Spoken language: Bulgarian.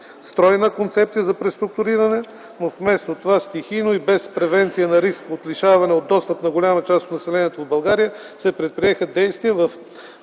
стройна концепция за преструктуриране, но вместо това стихийно и без превенция на риск от лишаване от достъп на голяма част от населението в България се предприеха действия в